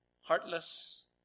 heartless